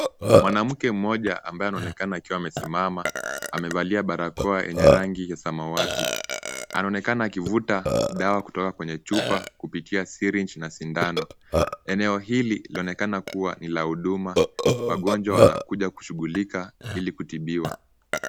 Mwanamke mmoja ambaye anaonekana akiwa amesimama, amevalia barakoa yenye rangi ya samawati. Anaonekana akivuta dawa kutoka kwenye chupa kupitia syringe na sindano. Eneo hili laonekana kuwa ni la huduma, wagonjwa wanakuja kushughulika ili kutibiwa.